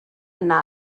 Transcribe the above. yna